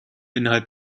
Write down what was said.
innerhalb